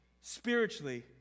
spiritually